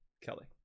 Kelly